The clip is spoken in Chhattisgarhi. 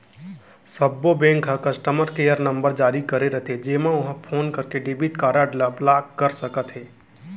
सब्बो बेंक ह कस्टमर केयर नंबर जारी करे रथे जेमा ओहर फोन करके डेबिट कारड ल ब्लाक कर सकत हे